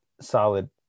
solid